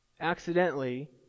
accidentally